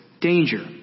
danger